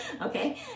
Okay